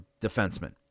defenseman